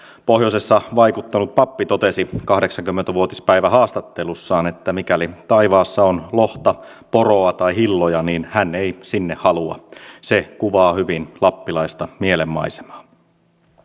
pohjoisessa vaikuttanut pappi totesi kahdeksankymmentä vuotispäivähaastattelussaan että mikäli taivaassa on lohta poroa tai hilloja niin hän ei sinne halua se kuvaa hyvin lappilaista mielenmaisemaa